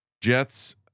Jets